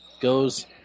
goes